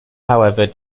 however